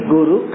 Guru